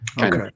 Okay